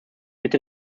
mitte